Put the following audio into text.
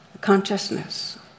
consciousness